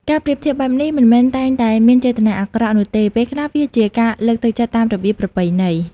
ការប្រៀបធៀបបែបនេះមិនមែនតែងតែមានចេតនាអាក្រក់នោះទេ ពេលខ្លះវាជាការលើកទឹកចិត្តតាមរបៀបប្រពៃណី។